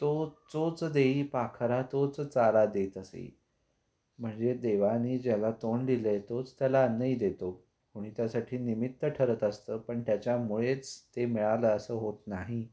तो चोच देई पाखरा तोच चारा देतसे म्हणजे देवाने ज्याला तोंड दिलं आहे तोच त्याला अन्नही देतो कोणी त्यासाठी निमित्त ठरत असतं पण त्याच्यामुळेच ते मिळालं असं होत नाही